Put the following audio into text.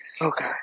Okay